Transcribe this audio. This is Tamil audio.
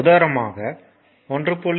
உதாரணமாக 1